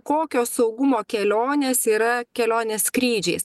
kokio saugumo kelionės yra kelionės skrydžiais